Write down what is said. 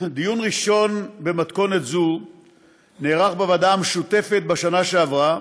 דיון ראשון במתכונת זו נערך בוועדה המשותפת בשנה שעברה,